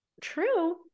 True